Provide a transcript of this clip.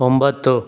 ಒಂಬತ್ತು